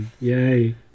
Yay